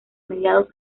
mediados